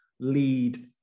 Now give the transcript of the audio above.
lead